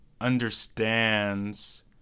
understands